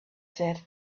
said